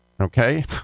okay